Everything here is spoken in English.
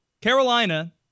Carolina